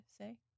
say